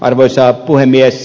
arvoisa puhemies